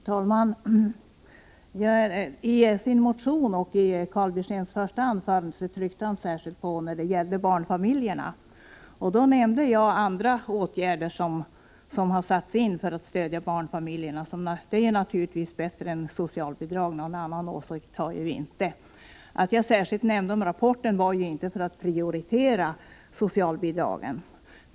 Herr talman! I sin motion och i sitt första anförande tryckte Karl Björzén särskilt på situationen för barnfamiljerna. Själv omnämnde jag andra åtgärder som har satts in för att stödja barnfamiljerna, åtgärder som är bättre än att ge dem socialbidrag. Någon annan åsikt har vi inte framfört. Att jag nämnde rapporten var inte för att särskilt prioritera socialbidragen.